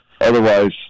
Otherwise